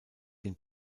den